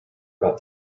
about